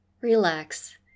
relax